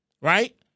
right